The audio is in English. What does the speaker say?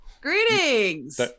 Greetings